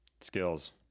skills